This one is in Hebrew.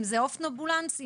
אופנובולנס,